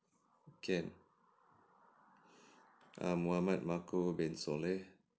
can err mohamad macro bin soleh